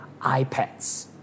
iPads